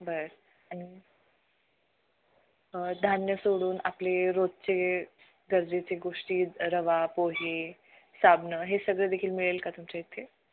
बरं आणि धान्य सोडून आपले रोजचे गरजेची गोष्टी रवा पोहे साबणं हे सगळे देखील मिळेल का तुमच्या इथे